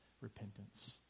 repentance